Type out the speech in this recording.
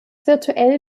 virtuell